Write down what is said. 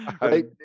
Right